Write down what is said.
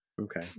okay